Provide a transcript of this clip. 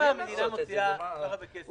למה המדינה מוציאה כל כך הרבה כסף?